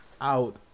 out